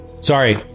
Sorry